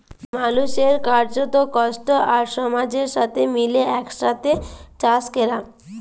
মালুসের কার্যত, কষ্ট আর সমাজের সাথে মিলে একসাথে চাস ক্যরা